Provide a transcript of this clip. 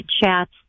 chats